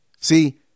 See